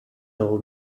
all